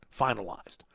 finalized